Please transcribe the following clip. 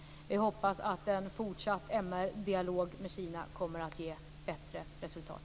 Jag hoppas att en fortsatt MR dialog med Kina kommer att ge bättre resultat.